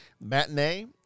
Matinee